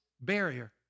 barrier